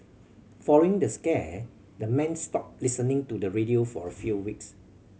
following the scare the men stopped listening to the radio for a few weeks